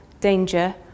danger